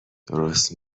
درست